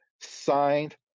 signed